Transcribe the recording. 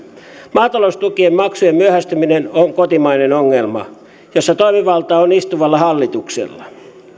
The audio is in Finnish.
maataloustukien maksujen myöhästyminen on kotimainen ongelma jossa toimivalta on istuvalla hallituksella